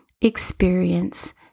experience